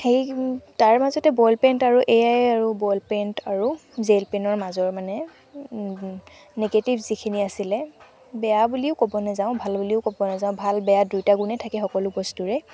সেই তাৰ মাজতে বল পেন আৰু এয়াই আৰু বল পেন আৰু জেল পেনৰ মাজৰ মানে নিগেটিভ যিখিনি আছিলে বেয়া বুলিও ক'ব নাযাওঁ ভাল বুলিও ক'ব নাযাওঁ ভাল বেয়া দুইটা গুণ থাকে চবৰে